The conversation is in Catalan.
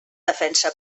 defensa